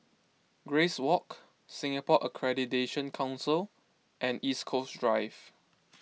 Grace Walk Singapore Accreditation Council and East Coast Drive